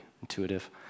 intuitive